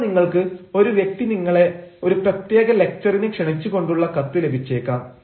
ചിലപ്പോൾ നിങ്ങൾക്ക് ഒരു വ്യക്തി നിങ്ങളെ ഒരു പ്രത്യേക ലക്ച്ചറിന് ക്ഷണിച്ചു കൊണ്ടുള്ള കത്ത് ലഭിച്ചേക്കാം